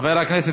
חבר הכנסת,